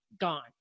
gone